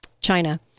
China